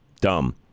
Dumb